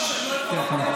מותר לך?